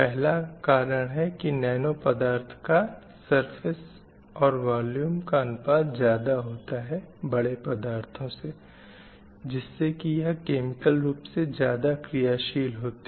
पहला कारण है की नैनो पदार्थों का सरफ़ेसवॉल्यूम surfacevolume ज़्यादा होता है बड़े पदार्थों से जिससे की यह केमिकल रूप से ज़्यादा क्रियाशील होते हैं